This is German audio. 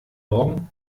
morgen